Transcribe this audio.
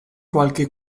qualche